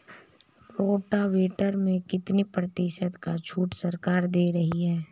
Rotavator में कितनी प्रतिशत का छूट सरकार दे रही है?